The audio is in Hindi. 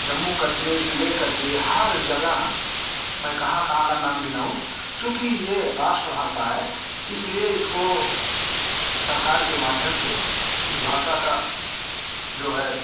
जम्मू कश्मीर से लेकर के हर जगह मैं कहाँ कहाँ का नाम गिनाऊँ चूँकि ये राष्ट्रभाषा है इसलिए इसको सरकार के माध्यम से इस भाषा का जो है